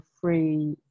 free